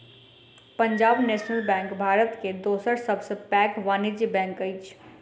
Punjab National Bank Bharat के दोसर सब सॅ पैघ वाणिज्य बैंक अछि